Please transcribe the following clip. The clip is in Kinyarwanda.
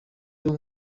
rero